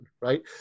right